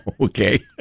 Okay